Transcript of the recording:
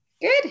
Good